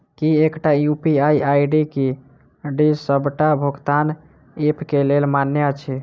की एकटा UPI ID D सबटा भुगतान ऐप केँ लेल मान्य अछि?